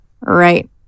Right